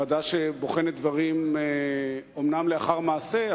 ועדה שאומנם בוחנת דברים לאחר מעשה,